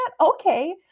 okay